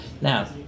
Now